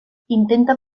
intenta